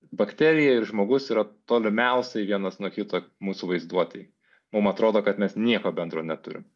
bakterija ir žmogus yra tolimiausiai vienas nuo kito mūsų vaizduotėj mum atrodo kad mes nieko bendro neturim